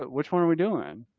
but which one are we doing?